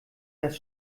das